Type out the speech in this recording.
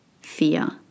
fear